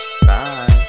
Bye